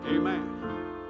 Amen